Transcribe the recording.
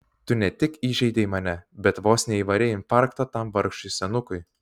tu ne tik įžeidei mane bet vos neįvarei infarkto tam vargšui senukui